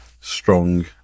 strong